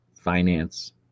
finance